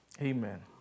Amen